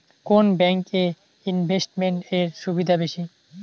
কোন ব্যাংক এ ইনভেস্টমেন্ট এর সুবিধা বেশি?